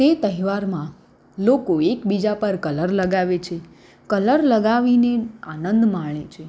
તે તહેવારમાં લોકો એકબીજા પર કલર લગાવે છે કલર લગાવીને આનંદ માણે છે